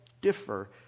differ